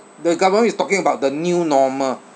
the government is talking about the new normal